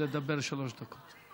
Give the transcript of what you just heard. לדבר שלוש דקות.